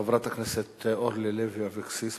חברת הכנסת אורלי לוי אבקסיס,